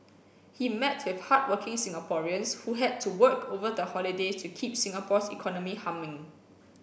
he met with hardworking Singaporeans who had to work over the holidays to keep Singapore's economy humming